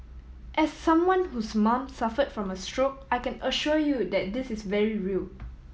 as someone whose mom suffered from a stroke I can assure you that this is very real